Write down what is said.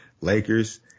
Lakers